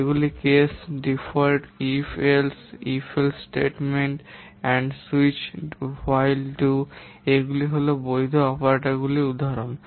এগুলি CASE DEFAULT IF ELSE IF ELSE statement এবং SWITCH WHILE DO এগুলি হল বৈধ অপারেটরগুলির উদাহরণ